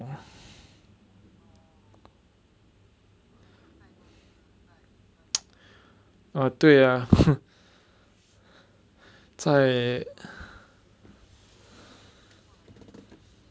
yeah orh 对 ah 在